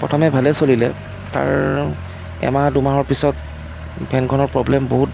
প্ৰথমে ভালে চলিলে তাৰ এমাহ দুমাহৰ পিছত ফেনখনৰ প্ৰ'ব্লেম বহুত